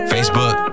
Facebook